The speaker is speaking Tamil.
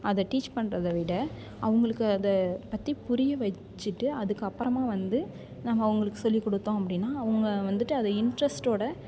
அதை டீச் பண்ணுறத விட அவங்களுக்கு அதை பற்றி புரிய வச்சிட்டு அதுக்கு அப்புறமா வந்து நம்ம அவங்களுக்கு சொல்லிக்கொடுத்தோம் அப்படினா அவங்க வந்துட்டு அதை இன்ட்ரெஸ்ட்டோடு